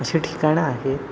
असे ठिकाणं आहेत